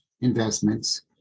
investments